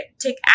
take